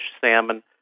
salmon